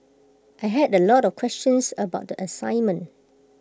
I had A lot of questions about the assignment